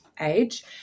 age